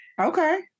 Okay